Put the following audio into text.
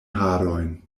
harojn